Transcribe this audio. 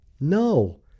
No